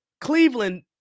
Cleveland